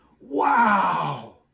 wow